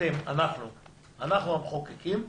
אנחנו המחוקקים,